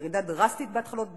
ירידה דרסטית בהתחלות בנייה,